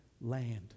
land